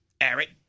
Eric